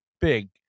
big